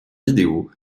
vidéo